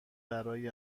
برای